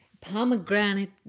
pomegranate